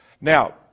Now